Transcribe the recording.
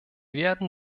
werden